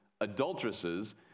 adulteresses